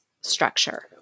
structure